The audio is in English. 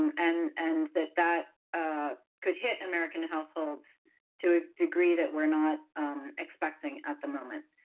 um and and that, that ah could hit american households to a degree that we're not expecting at the moment.